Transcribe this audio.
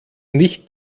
nicht